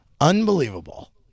Unbelievable